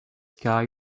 guy